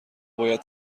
باید